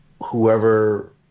whoever